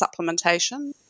supplementation